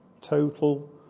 total